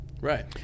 Right